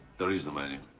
there is no menu.